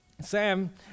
Sam